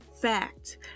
fact